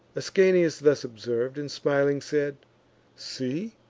ascanius this observ'd, and smiling said see,